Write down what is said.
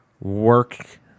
work